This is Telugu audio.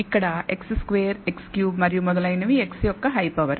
ఇక్కడ x2 x3 మరియు మొదలైనవి x యొక్క హై పవర్